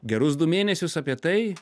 gerus du mėnesius apie tai